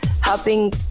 helping